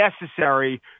necessary